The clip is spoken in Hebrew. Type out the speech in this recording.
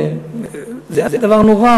זה היה דבר נורא,